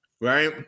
right